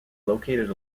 located